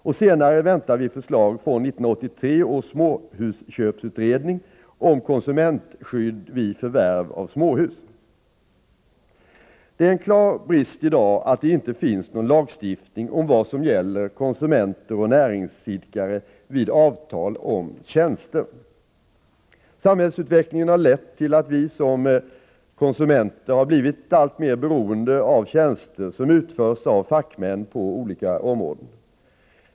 Och senare väntar vi förslag från 1983 års småhusköpsutredning om konsumentskydd vid förvärv av småhus. Det är en klar brist att det i dag inte finns någon lagstiftning om vad som gäller mellan konsumenter och näringsidkare vid avtal om tjänster. Samhällsutvecklingen har lett till att vi som konsumenter har blivit alltmer beroende av tjänster som utförs av fackmän på olika områden.